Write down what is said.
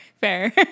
fair